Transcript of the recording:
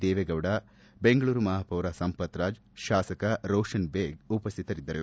ದೇವೇಗೌಡ ಬೆಂಗಳೂರು ಮಹಾಪೌರ ಸಂಪತ್ ರಾಜ್ ಶಾಸಕ ರೋಷನ್ ಬೇಗ್ ಉಪಸ್ಟಿತರಿದ್ದರು